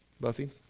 Buffy